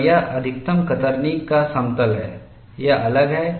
और यह अधिकतम कतरनी का समतल है यह अलग है